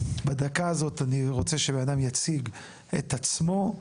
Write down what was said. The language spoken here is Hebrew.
בדקה הזאת אני רוצה שבן אדם יציג את עצמו,